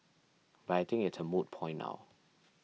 but I think it's a moot point now